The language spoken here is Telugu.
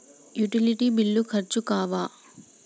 యుటిలిటీ బిల్లులు ఖర్చు కావా?